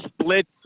splits